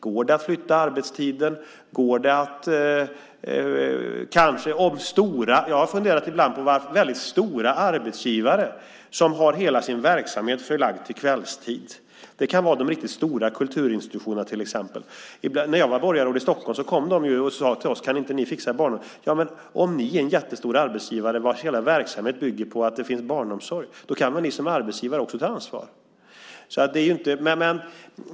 Går det att flytta arbetstiden? Jag har ibland funderat på de stora arbetsgivare som har hela sin verksamhet förlagd till kvällstid, till exempel de riktigt stora kulturinstitutionerna. När jag var borgarråd i Stockholm kom de till oss och sade: Kan inte ni fixa barnomsorg? Ja, men om ni är en jättestor arbetsgivare vars hela verksamhet bygger på att det finns barnomsorg kan väl ni som arbetsgivare också ta ansvar.